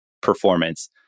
performance